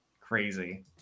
crazy